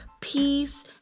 peace